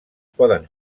poden